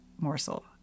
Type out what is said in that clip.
morsel